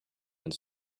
its